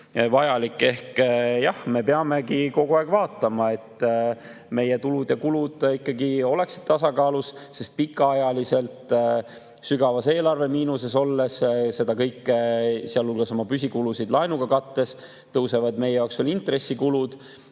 vajalik. Ehk jah, me peamegi kogu aeg vaatama, et meie tulud ja kulud oleksid tasakaalus. Pikaajaliselt sügavas eelarvemiinuses olles seda kõike, sealhulgas oma püsikulusid, laenuga kattes, tõusevad meie jaoks veel intressikulud.